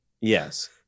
Yes